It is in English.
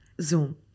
zoom